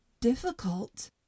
difficult